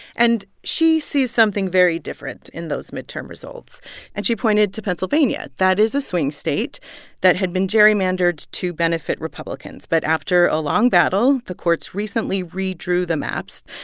and she sees something very different in those midterm results and she pointed to pennsylvania, that is a swing state that had been gerrymandered to benefit republicans. but after a long battle, the courts recently redrew the maps.